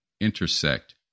intersect